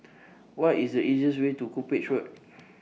What IS The easiest Way to Cuppage Road